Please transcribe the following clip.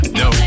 no